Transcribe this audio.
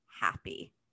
happy